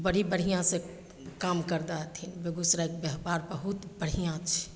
बड़ी बढ़िआँसे काम करि दै हथिन बेगूसरायके बेबहार बहुत बढ़िआँ छै